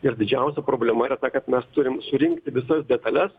ir didžiausia problema yra ta kad mes turim surinkti visas detales